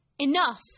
Enough